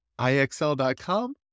IXL.com